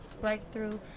breakthrough